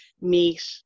meet